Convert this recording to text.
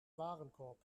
warenkorb